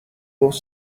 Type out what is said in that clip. گفت